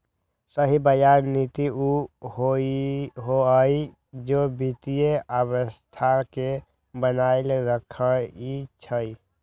सही बजार नीति उ होअलई जे वित्तीय अर्थव्यवस्था के बनाएल रखई छई